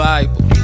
Bible